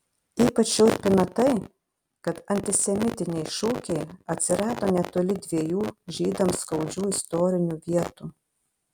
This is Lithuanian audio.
ypač šiurpina tai kad antisemitiniai šūkiai atsirado netoli dviejų žydams skaudžių istorinių vietų